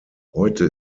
heute